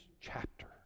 chapter